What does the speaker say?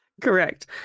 correct